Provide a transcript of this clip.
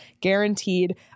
guaranteed